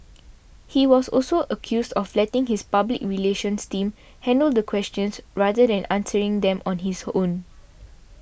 he was also accused of letting his public relations team handle the questions rather than answering them on his own